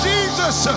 Jesus